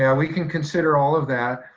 yeah we can consider all of that.